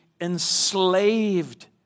enslaved